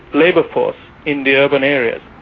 labour force in the urban areas.